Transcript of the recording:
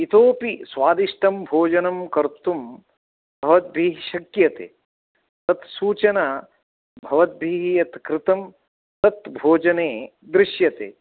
इतोऽपि स्वादिष्टं भोजनं कर्तुं भवद्भिः शक्यते तत्सूचना भवद्भिः यत् कृतं तत् भोजने दृश्यते